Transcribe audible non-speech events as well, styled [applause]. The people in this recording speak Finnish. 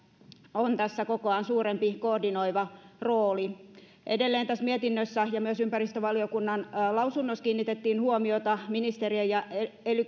on tässä kokoaan suurempi koordinoiva rooli edelleen tässä mietinnöissä ja myös ympäristövaliokunnan lausunnossa kiinnitettiin huomiota ministerien ja ely [unintelligible]